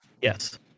Yes